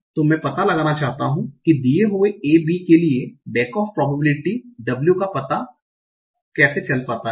तो मैं पता लगाना चाहता हूँ कि दिए हुए ए बी के लिए back off probability w का पता लगाना है